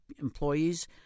employees